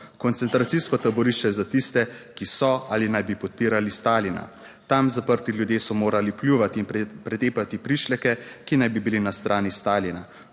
koncentracijsko taborišče za tiste, ki so ali naj bi podpirali Stalina. Tam zaprti ljudje so morali pljuvati in pretepati prišleke, ki naj bi bili na strani Stalina.